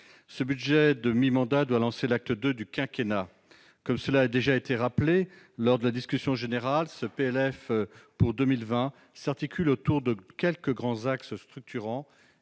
Ce budget de mi-mandat doit lancer l'acte II du quinquennat. Comme cela a déjà été souligné lors de la discussion générale, ce PLF pour 2020 s'articule autour de quelques grands axes structurants,